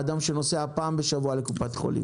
האדם שנוסע פעם בשבוע לקופת חולים.